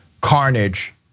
carnage